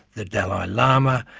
the dalai lama,